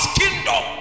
kingdom